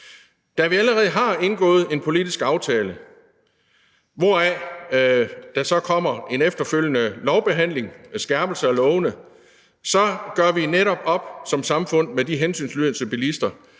Da vi allerede har indgået en politisk aftale, hvorfra der så kommer en efterfølgende lovbehandling, en skærpelse af lovene, så gør vi som samfund netop op med de hensynsløse bilister,